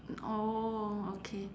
oh okay